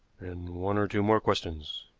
and one or two more questions.